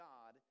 God